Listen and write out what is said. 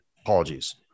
apologies